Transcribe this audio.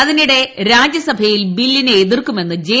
അതിനിടെ രാജ്യസഭയിൽ ബില്ലിനെ എതിർക്കുമെന്ന് ജെ